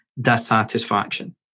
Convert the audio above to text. dissatisfaction